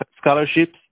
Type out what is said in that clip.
scholarships